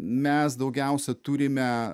mes daugiausia turime